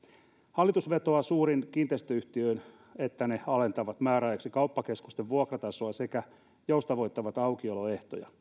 hallitus vetoaa suuriin kiinteistöyhtiöihin että ne alentavat määräajaksi kauppakeskusten vuokratasoa sekä joustavoittavat aukioloehtoja